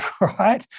right